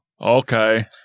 Okay